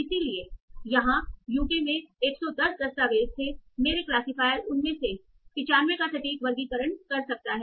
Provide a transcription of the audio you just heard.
इसलिए यहां यूके में 110 दस्तावेज थे मेरा क्लासिफायर उनमें से 95 का सटीक वर्गीकरण कर सकता था